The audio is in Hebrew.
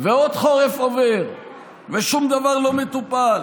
עוד חורף עובר ושום דבר לא מטופל.